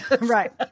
Right